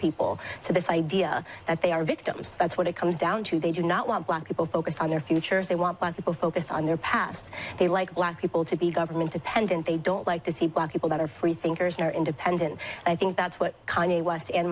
people to this idea that they are victims that's what it comes down to they do not want black focus on their futures they want a focus on their past they like black people to be government dependent they don't like to see black people that are free thinkers they're independent i think that's what kanye west and